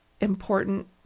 important